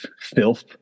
filth